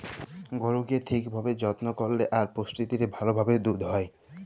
গরুকে ঠিক ভাবে যত্ন করল্যে আর পুষ্টি দিলে ভাল ভাবে দুধ হ্যয়